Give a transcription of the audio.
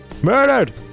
Murdered